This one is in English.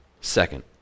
Second